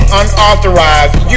unauthorized